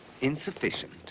Insufficient